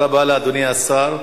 תודה רבה לאדוני השר.